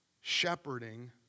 shepherding